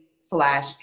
slash